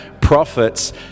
prophets